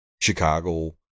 Chicago